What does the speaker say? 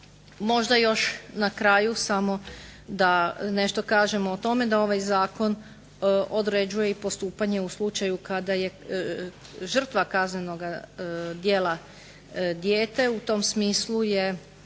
Možda još na kraju samo da nešto kažemo o tome, da ovaj zakon određuje i postupanje u slučaju kada je žrtva kaznenoga djela dijete, u tom smislu je